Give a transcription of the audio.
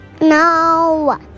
No